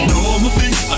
Normally